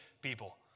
people